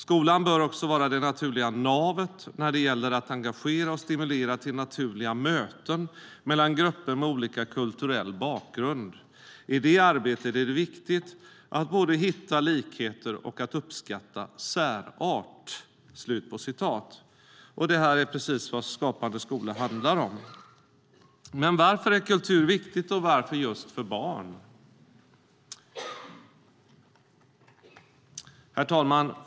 Skolan bör också vara det naturliga navet när det gäller att engagera och stimulera till naturliga möten mellan grupper med olika kulturell bakgrund. I det arbetet är det viktigt att både hitta likheter och att uppskatta särart." Detta är precis vad Skapande skola handlar om. Men varför är då kultur viktigt, och varför just för barn? Herr talman!